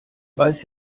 weiß